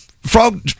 Frog